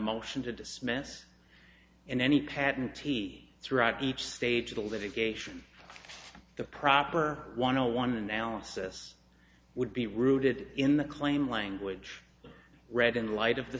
motion to dismiss in any patent t throughout each stage of the litigation the proper one hundred one analysis would be rooted in the claim language read in light of the